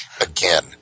again